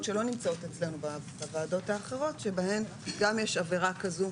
שאצלנו לא נמצאות שבהן גם יש עבירה כזו,